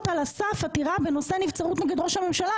על הסף עתירה בנושא נבצרות נגד ראש הממשלה,